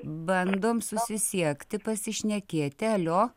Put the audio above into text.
bandom susisiekti pasišnekėti alio